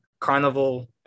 carnival